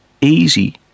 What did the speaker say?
easy